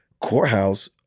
courthouse